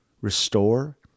restore